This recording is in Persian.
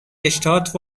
اشتهات